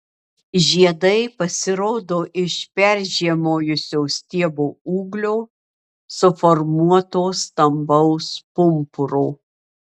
žiedai pasirodo iš peržiemojusio stiebo ūglio suformuoto stambaus pumpuro